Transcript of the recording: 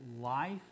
life